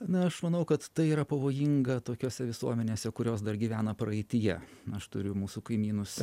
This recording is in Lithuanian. na aš manau kad tai yra pavojinga tokiose visuomenėse kurios dar gyvena praeityje aš turiu mūsų kaimynus